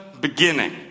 beginning